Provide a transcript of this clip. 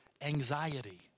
anxiety